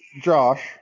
Josh